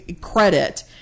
credit